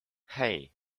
hey